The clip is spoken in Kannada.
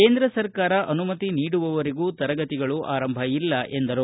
ಕೇಂದ್ರ ಸರ್ಕಾರ ಅನುಮತಿ ನೀಡುವವರೆಗೂ ತರಗತಿಗಳ ಆರಂಭ ಇಲ್ಲ ಎಂದರು